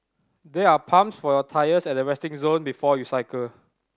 there are pumps for your tyres at the resting zone before you cycle